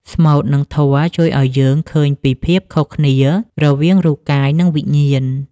ស្មូត និងធម៌ជួយឱ្យយើងឃើញពីភាពខុសគ្នារវាងរូបកាយ និងវិញ្ញាណ។